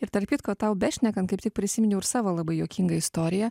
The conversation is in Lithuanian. ir tarp kitko tau bešnekant kaip tik prisiminiau ir savo labai juokingą istoriją